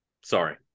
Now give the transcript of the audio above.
Sorry